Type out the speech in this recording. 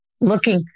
looking